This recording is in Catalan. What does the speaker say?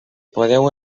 podeu